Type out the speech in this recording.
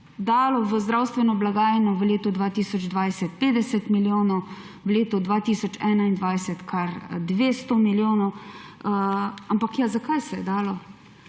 dalo v zdravstveno blagajno v letu 2020 50 milijonov, v letu 2021 kar 200 milijonov. Ampak zakaj se je dalo?